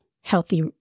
healthy